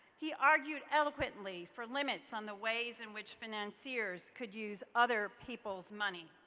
he argued eloquently for limits on the ways in which financers could use other people's money.